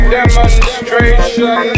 demonstration